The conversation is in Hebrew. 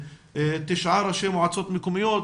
תשעה ראשי מועצות מקומיות,